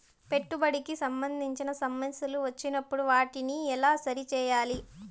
పెట్టుబడికి సంబంధించిన సమస్యలు వచ్చినప్పుడు వాటిని ఎలా సరి చేయాలి?